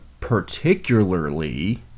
particularly